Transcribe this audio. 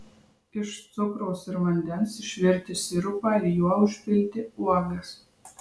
iš cukraus ir vandens išvirti sirupą ir juo užpilti uogas